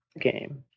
game